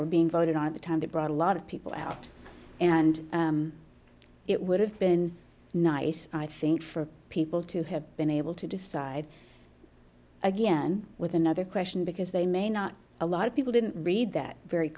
were being voted on at the time that brought a lot of people out and it would have been nice i think for people to have been able to decide again with another question because they may not a lot of people didn't read that very